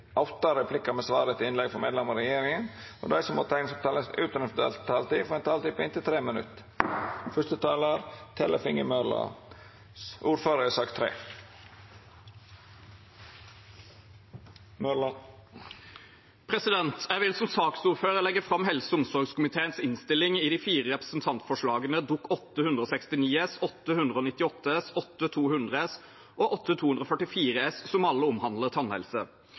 åtte replikkar med svar etter innlegg frå medlemer av regjeringa, og dei som måtte teikna seg på talarlista utover den fordelte taletida, får ei taletid på inntil 3 minutt. Jeg vil som saksordfører legge fram helse- og omsorgskomiteens innstilling til de fire representantforslagene, Dokument 8:169 S, 8:198 S, 8:200 S og 8:244 S, som alle